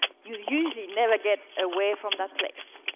you usually never get away from that place.